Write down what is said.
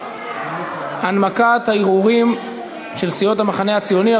הנמקת הערעורים של סיעות המחנה הציוני,